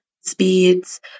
speeds